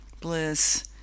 bliss